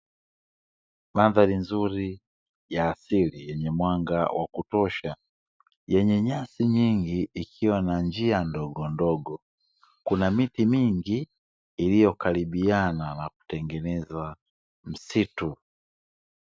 Mandhari nzuri ya asili yenye mwanga wa kutosha, yenye nyasi nyingi ikiwa na njia ndogondogo, kuna miti mingi iliyokaribiana na kutengeneza msitu.